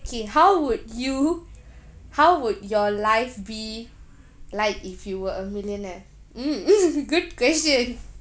kay how would you how would your life be like if you were a millionaire mm good question